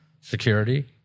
security